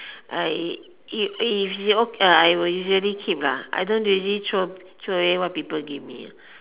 I if if I'll usually keep I don't really throw throw away what people give me